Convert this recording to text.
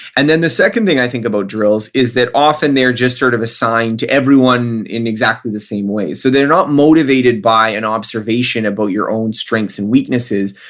and then the second thing i think about drills is that often they're just sort of assigned to everyone in exactly the same way. so they're not motivated by an observation about your own strengths and weaknesses,